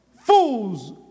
fools